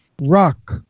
rock